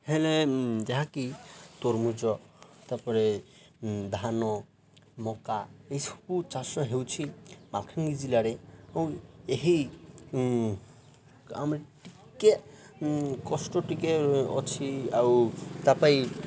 ହେଲେ ଯାହା କି ତରମୁଜ ତା'ପରେ ଧାନ ମକା ଏସବୁ ଚାଷ ହେଉଛି ମାଲକାନଗିରି ଜିଲ୍ଲାରେ ଆଉ ଏହି ଆମେ ଟିକେ କଷ୍ଟ ଟିକେ ଅଛି ଆଉ ତା' ପାଇଁ